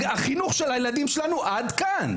החינוך של הילדים שלנו עד כאן.